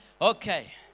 Okay